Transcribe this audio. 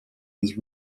was